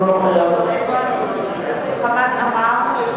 אינו נוכח חמד עמאר,